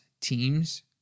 teams